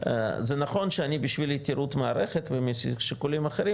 זה נכון שאני בשביל היכרות מערכת ושיקולים אחרים,